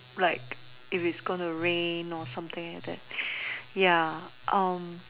like if it's going to rain or something like that